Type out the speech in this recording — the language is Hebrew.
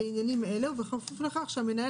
לכאורה.